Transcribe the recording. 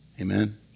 Amen